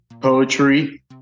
poetry